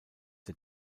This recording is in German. der